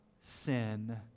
sin